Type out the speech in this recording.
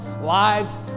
lives